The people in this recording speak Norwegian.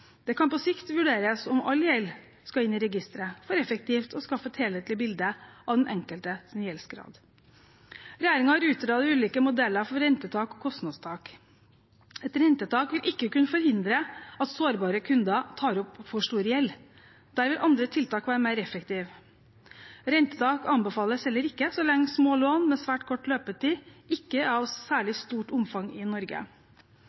Det kan på sikt vurderes om all gjeld skal inn i registeret for effektivt å skaffe et helhetlig bilde av den enkeltes gjeldsgrad. Regjeringen har utredet ulike modeller for rentetak og kostnadstak. Et rentetak vil ikke kunne forhindre at sårbare kunder tar opp for stor gjeld. Der vil andre tiltak være mer effektive. Rentetak anbefales heller ikke så lenge små lån med svært kort løpetid ikke er av særlig stort omfang i Norge.